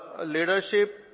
leadership